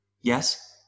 Yes